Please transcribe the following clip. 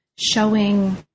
showing